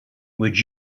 would